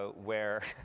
ah where